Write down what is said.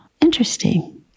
interesting